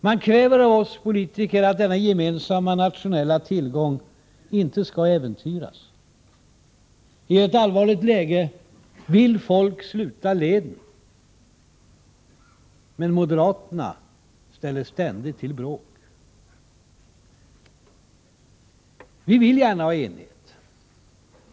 Man kräver av oss politiker att denna gemensamma nationella tillgång icke skall äventyras. I ett allvarligt läge vill folk sluta leden. Men moderaterna ställer ständigt till bråk. Vi vill gärna ha enighet.